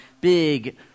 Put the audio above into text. big